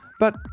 but,